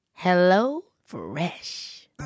HelloFresh